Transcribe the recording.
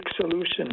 solution